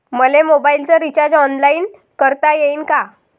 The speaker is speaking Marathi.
मले मोबाईलच रिचार्ज ऑनलाईन करता येईन का?